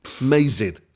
Amazing